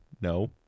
No